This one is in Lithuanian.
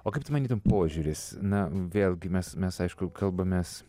o kaip tu manytum požiūris na vėlgi mes mes aišku kalbamės